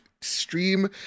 stream